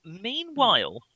Meanwhile